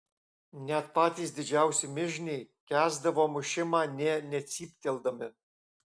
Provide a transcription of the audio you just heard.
net patys didžiausi mižniai kęsdavo mušimą nė necypteldami